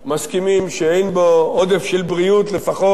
מסכימים שאין בו עודף של בריאות לפחות.